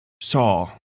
saw